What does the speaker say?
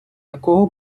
якого